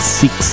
six